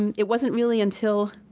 and it wasn't really until,